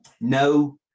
No